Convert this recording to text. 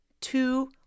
two